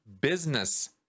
business